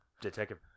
Detective